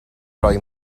roi